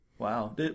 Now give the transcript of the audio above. Wow